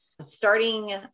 starting